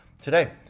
today